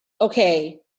okay